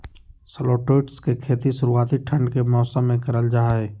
shallots के खेती शुरुआती ठंड के मौसम मे करल जा हय